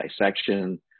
dissection